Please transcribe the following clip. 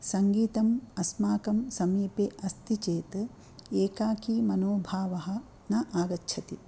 सङ्गीतम् अस्माकं समीपे अस्ति चेत् एकाकी मनोभावः न आगच्छति